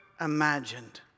imagined